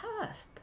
past